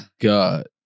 god